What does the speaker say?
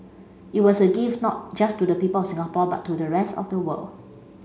it was a gift not just to the people of Singapore but to the rest of the world